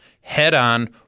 head-on